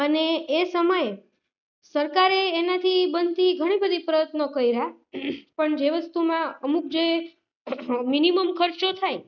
અને એ સમયે સરકારે એનાથી બનતી ઘણી બધી પ્રયત્નો કર્યા પણ જે વસ્તુમાં અમુક જે મિનિમમ ખર્ચો થાય